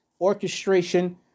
orchestration